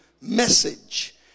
message